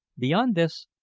beyond this,